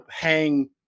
hang